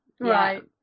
right